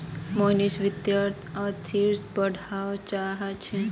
मोहनीश वित्तीय अर्थशास्त्र पढ़वा चाह छ